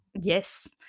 Yes